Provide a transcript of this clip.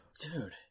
dude